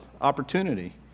opportunity